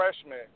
freshman